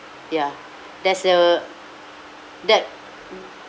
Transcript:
ya that's the that